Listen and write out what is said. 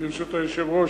ברשות היושב-ראש,